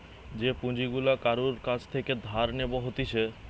যে পুঁজি গুলা কারুর কাছ থেকে ধার নেব হতিছে